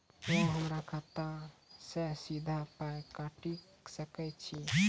अहॉ हमरा खाता सअ सीधा पाय काटि सकैत छी?